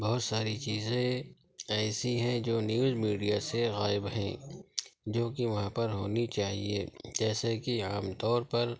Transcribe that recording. بہت ساری چیزیں ایسی ہیں جو نیوز میڈیا سے غائب ہیں جو کہ وہاں پر ہونی چاہئیں جیسے کہ عام طور پر